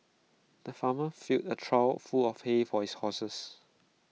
the farmer filled A trough full of hay for his horses